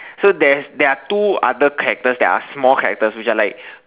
so there's they are two other characters that are small characters which are like